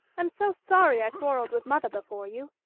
i'm so sorry i quarrelled with mother before you.